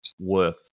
work